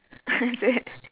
is it